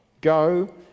go